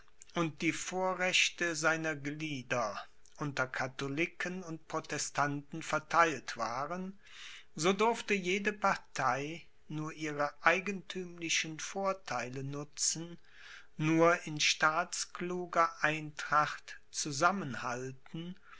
und die vorrechte seiner glieder unter katholiken und protestanten vertheilt waren so durfte jede partei nur ihre eigentümlichen vortheile nutzen nur in staatskluger eintracht zusammenhalten